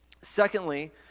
Secondly